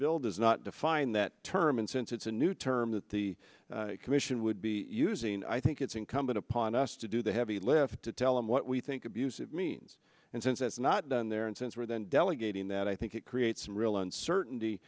does not define that term and since it's a new term that the commission would be using i think it's incumbent upon us to do the heavy lift to tell him what we think abuse it means and since it's not done there and since we're then delegating that i think it creates some real uncertainty